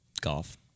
Golf